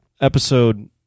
episode